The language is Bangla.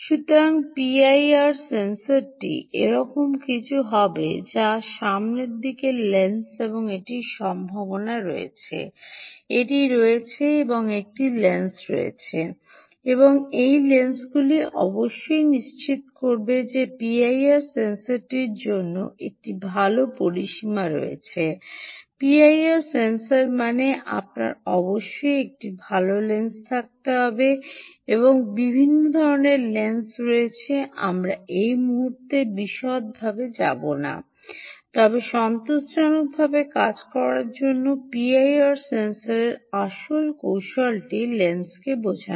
সুতরাং পিআইআর সেন্সরটি এরকম কিছু হবে যা সামনের দিকে লেন্স এবং এটির সম্ভাবনা রয়েছে এটি রয়েছে এবং একটি লেন্স রয়েছে এবং লেন্সগুলি অবশ্যই নিশ্চিত করবে যে পিআইআর সেন্সরটির জন্য একটি ভাল পরিসীমা রয়েছে পিআইআর সেন্সর মানে আপনার অবশ্যই একটি ভাল লেন্স থাকতে হবে এবং বিভিন্ন ধরণের লেন্স রয়েছে আমরা এই মুহুর্তে বিশদটিতে যাব না তবে সন্তোষজনকভাবে কাজ করার জন্য পিআইআর সেন্সরের আসল কৌশলটি লেন্সকে বোঝায়